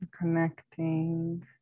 connecting